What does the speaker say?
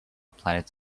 planets